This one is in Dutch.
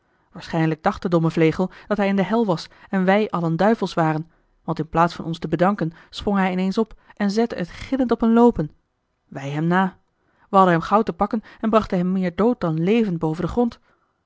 waarschijnlijk dacht de domme vlegel dat hij in de hel was en wij allen duivels waren want in plaats van ons te bedanken sprong hij ineens op en zette het gillend op een loopen wij hem na we hadden hem gauw te pakken en brachten hem meer dood dan levend boven den grond